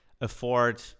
afford